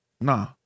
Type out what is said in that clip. nah